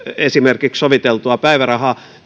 esimerkiksi soviteltua päivärahaa